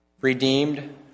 redeemed